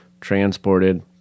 transported